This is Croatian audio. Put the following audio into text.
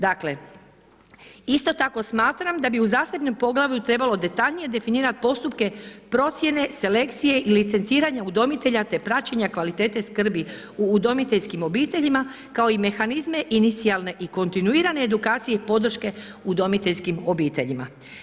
Dakle, isto tako smatram da bi u zasebnom poglavlju trebalo detaljnije definirati postupke procjene selekcije i licenciranja udomitelja te praćenja kvalitete skrbi u udomiteljskim obiteljima kao i mehanizme inicijalne i kontinuirane edukacije i podrške udomiteljskim obiteljima.